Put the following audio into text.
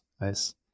nice